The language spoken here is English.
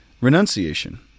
Renunciation